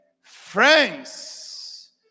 friends